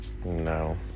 no